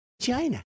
China